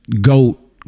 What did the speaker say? goat